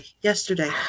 yesterday